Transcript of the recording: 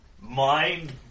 Mind